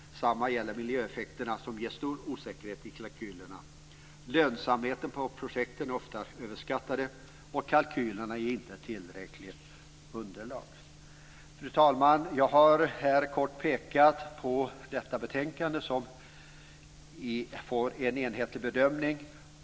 Samma sak gäller miljöeffekterna, vilket ger stor osäkerhet i kalkylerna. · Lönsamheten i projekten är ofta överskattad, och kalkylerna ger inte ett tillräckligt underlag. Fru talman! Jag har här kort pekat på innehållet i detta betänkande för att få en enhetlig bedömning.